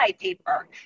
paper